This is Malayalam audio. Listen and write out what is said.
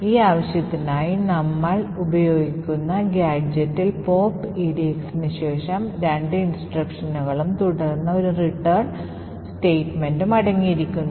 ഈ ആവശ്യത്തിനായി നമ്മൾ ഉപയോഗിക്കുന്ന ഗാഡ്ജെറ്റിൽ pop edxന് ശേഷം രണ്ട് നിർദ്ദേശങ്ങളും തുടർന്ന് ഒരു return statementഉം അടങ്ങിയിരിക്കുന്നു